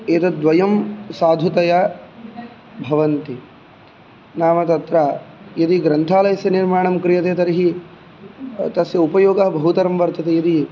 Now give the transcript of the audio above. एततद्वयं साधुतया भवन्ति नाम तत्र यदि ग्रन्थालयस्य निर्माणं क्रियते तर्हि तस्य उपयोगः बहुतरं वर्तते इति